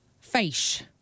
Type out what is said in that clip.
Face